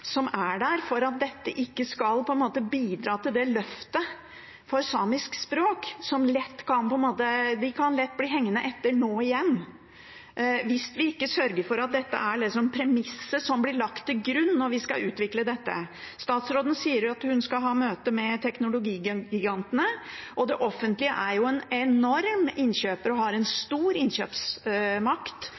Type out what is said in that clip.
som finnes for at dette skal bidra til et løft for samisk språk. Det kan lett bli hengende etter nå igjen hvis vi ikke sørger for at dette er premisset blir lagt til grunn når vi skal utvikle dette. Statsråden sier at hun skal ha møte med teknologigigantene, og det offentlige er jo en enorm innkjøper og har en stor innkjøpsmakt